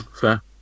fair